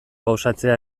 gauzatzea